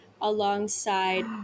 alongside